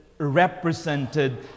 represented